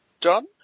done